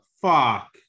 Fuck